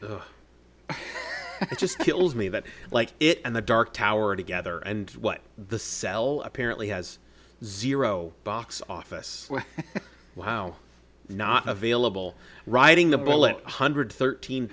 kills me that like it and the dark tower together and what the sell apparently has zero box office wow not available riding the bullet one hundred thirteen